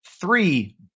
three